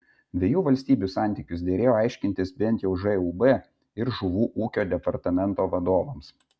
dviejų valstybių santykius derėjo aiškintis bent jau žūb ir žuvų ūkio departamento vadovams